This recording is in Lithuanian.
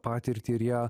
patirtį ir ją